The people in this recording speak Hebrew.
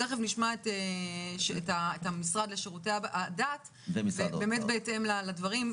נשמע את המשרד לשירותי הדת בהתאם לדברים.